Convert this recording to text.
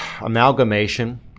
amalgamation